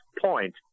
point